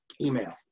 email